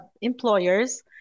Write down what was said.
employers